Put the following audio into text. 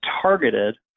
targeted